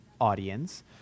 audience